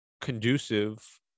conducive